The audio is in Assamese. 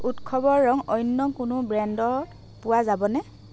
উৎসৱৰ ৰং অন্য কোনো ব্ৰেণ্ডৰ পোৱা যাবনে